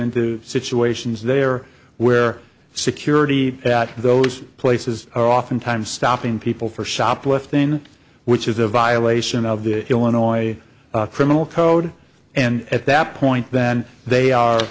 into situations there where security at those places are oftentimes stopping people for shoplifting which is a violation of the illinois criminal code and at that point then they